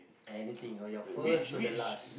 anything or your first to the last